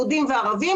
יהודים וערבים.